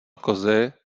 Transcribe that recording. kozy